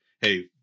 Hey